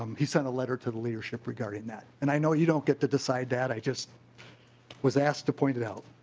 um he sent a letter to the leadership regarding that and i know you don't get to design that. i just was asked to point it out.